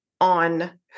on